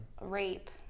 Rape